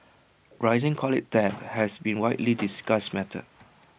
rising college debt has been A widely discussed matter